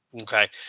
Okay